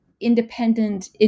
independent